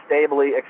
stably